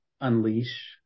unleash